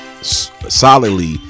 solidly